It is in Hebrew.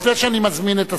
לפני שאני מזמין את השר,